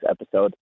episode